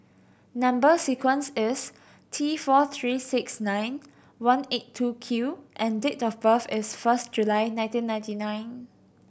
number sequence is T four three six nine one eight two Q and date of birth is first July nineteen ninety nine